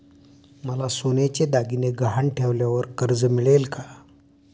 मला सोन्याचे दागिने गहाण ठेवल्यावर कर्ज मिळेल का?